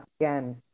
again